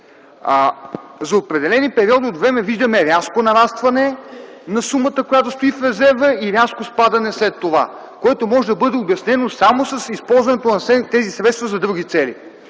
За определени периоди от време виждаме рязко нарастване на сумата, която стои в резерва и рязко спадане след това, което може да бъде обяснено само с използването на тези средства за други цели.